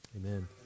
Amen